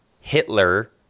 Hitler